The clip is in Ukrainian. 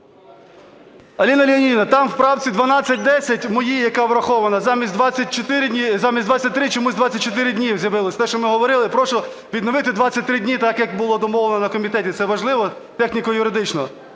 Аліно Леонідівно, там в правці 1210 в моїй, яка врахована, замість 23 чомусь 24 дні з'явилось, те, що ми говорили. Прошу відновити 23 дні, так, як було домовлено на комітеті, це важливо техніко-юридично.